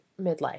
midlife